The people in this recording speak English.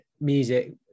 music